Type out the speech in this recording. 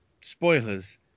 spoilers